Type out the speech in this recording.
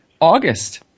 August